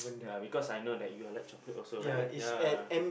ya because I know you are like chocolate also right ya